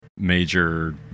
major